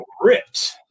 ripped